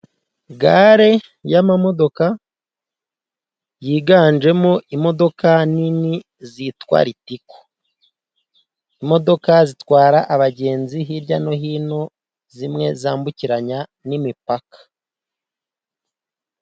Gare y'imodoka yiganjemo imodoka nini zitwa Ritco, imodoka zitwara abagenzi hirya no hino zimwe zambukiranya n'imipaka.